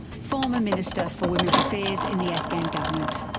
former minister for women's affairs in the afghan government.